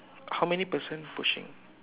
how many person pushing